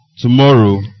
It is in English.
Tomorrow